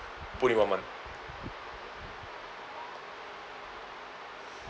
put in one month